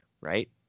right